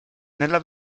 nella